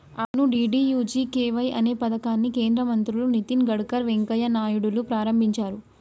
అవును డి.డి.యు.జి.కే.వై అనే పథకాన్ని కేంద్ర మంత్రులు నితిన్ గడ్కర్ వెంకయ్య నాయుడులు ప్రారంభించారు